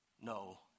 no